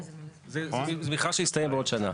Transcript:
זה מכרז שיסתיים בעוד שנה.